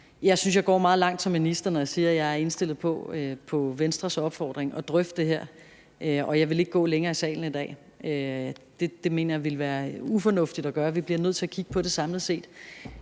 jeg går meget langt som minister, når jeg siger, at jeg er indstillet på, på Venstres opfordring, at drøfte det her. Men jeg vil ikke gå længere i salen i dag. Det mener jeg ville være ufornuftigt at gøre. Vi bliver nødt til at kigge på det samlet set.